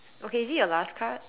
okay is it your last card